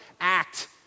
act